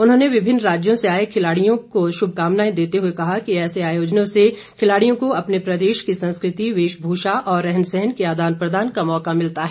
उन्होंने विभिन्न राज्यों से आए खिलाड़ियों के श्रभकामनाएं देते हुए कहा कि ऐसे आयोजनों से खिलाडियों को अपने प्रदेश की संस्कृति वेशभूषा और रहन सहन के आदान प्रदान का मौका मिलता है